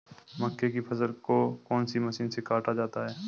मक्के की फसल को कौन सी मशीन से काटा जाता है?